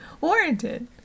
warranted